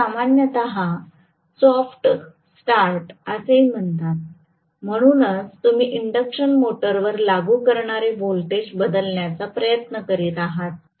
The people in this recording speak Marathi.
याला सामान्यत सॉफ्ट स्टार्ट असेही म्हणतात म्हणूनच तुम्ही इंडक्शन मोटर वर लागू होणारे व्होल्टेज बदलण्याचा प्रयत्न करीत आहात